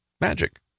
Magic